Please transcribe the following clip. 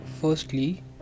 firstly